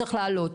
צריך לעלות,